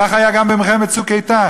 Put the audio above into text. כך היה גם במלחמת "צוק איתן",